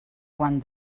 quan